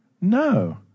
No